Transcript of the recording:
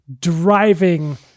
driving